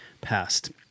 passed